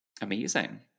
amazing